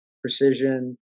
precision